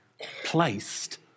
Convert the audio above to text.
placed